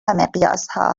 مقیاسها